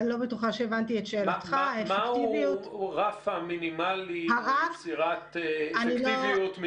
מה הוא הרף המינימלי ליצירת אפקטיביות,